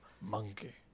Monkey